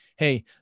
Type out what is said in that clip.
hey